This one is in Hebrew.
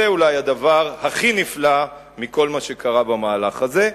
זה אולי הדבר הכי נפלא מכל מה שקרה במהלך הזה.